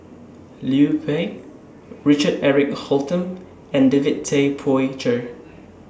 Liu Peihe Richard Eric Holttum and David Tay Poey Cher